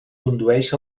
condueix